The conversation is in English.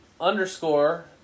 underscore